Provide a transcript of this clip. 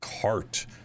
cart